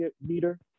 meter